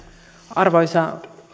arvoisa